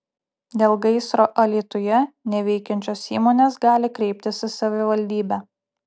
dėl gaisro alytuje neveikiančios įmonės gali kreiptis į savivaldybę